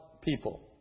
people